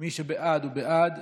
מי שבעד, הוא בעד,